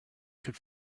could